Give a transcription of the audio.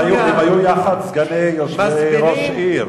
הם היו יחד סגני ראש העיר.